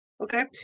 Okay